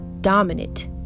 dominant